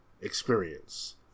experience